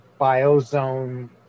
biozone